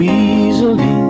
easily